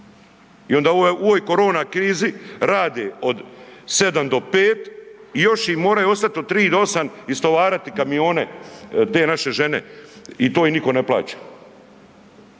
I onda u ovoj korona krizi rade od 7 do 5 i još im moraju ostati od 3 do 8 istovarati kamione te naše žene i to im nitko ne plaća.